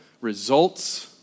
results